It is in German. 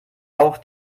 auch